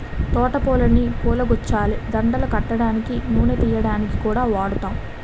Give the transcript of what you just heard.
తోట పూలని పూలగుచ్చాలు, దండలు కట్టడానికి, నూనె తియ్యడానికి కూడా వాడుతాం